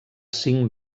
cinc